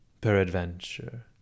peradventure